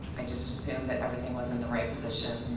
i just assumed that everything was in the right position